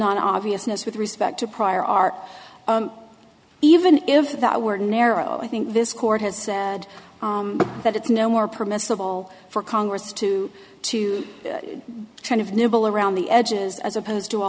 non obviousness with respect to prior art even if that were narrow i think this court has said that it's no more permissible for congress to to kind of nibble around the edges as opposed to a